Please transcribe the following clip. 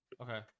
okay